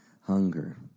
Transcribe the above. Hunger